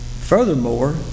Furthermore